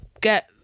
get